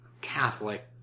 Catholic